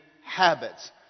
habits